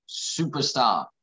superstar